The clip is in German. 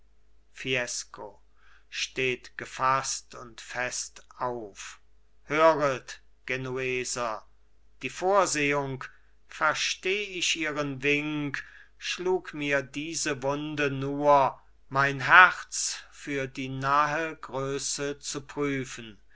fiesco steht gefaßt und fest auf höret genueser die vorsehung versteh ich ihren wink schlug mir diese wunde nur mein herz für die nahe größe zu prüfen